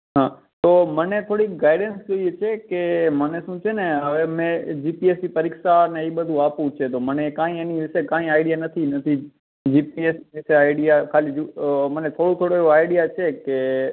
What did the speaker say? હા તો મને થોડીક ગાઈડન્સ જોઈએ છે કે મને શું છે ને હવે મેં જી પી એસ સી પરીક્ષાને ઈ બધુ આપવું છે તો મને કોઈ એના વિશે કોઈ આઈડિયા નથી નથી જી પી એસ સી વિશે આઈડિયા ખાલી અઅઅ મને થોડો થોડો એવો આઈડિયા છે કે